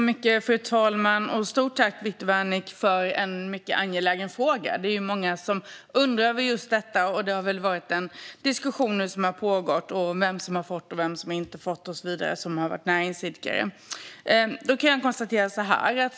Fru talman! Stort tack, Viktor Wärnick, för en mycket angelägen fråga! Många undrar över just detta, och det pågår en diskussion om vilka näringsidkare som har fått och vilka som inte har fått något stöd.